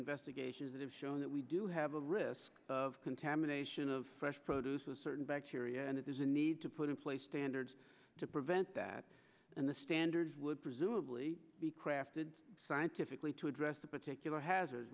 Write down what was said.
investigations that have shown that we do have a risk of contamination of fresh produce a certain bacteria and it is a need to put in place standards to prevent that and the standards would presumably be crafted scientifically to address the particular hazar